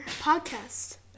podcast